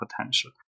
potential